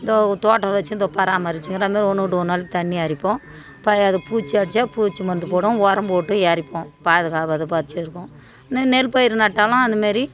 இந்த தோட்டம் வச்சு இந்த பராமரித்து இதை மாரி ஒன்று விட்டு ஒருநாள் தண்ணி இறைப்போம் பயிர் அது பூச்சி அடிச்சால் பூச்சி மருந்து போடுவோம் உரம் போட்டு இறைப்போம் பாதுக்கப்பாக அதை வச்சுருக்கோம் நெ நெற்பயிர் நட்டாலும் அந்த மாரி